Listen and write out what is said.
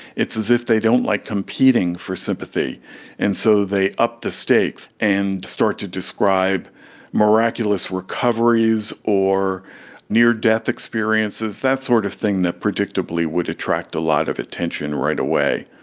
it's as if they don't like competing for sympathy and so they up the stakes and start to describe miraculous recoveries or near death experiences, that sort of thing that predictably would attract a lot of attention right away.